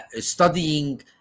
studying